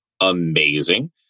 amazing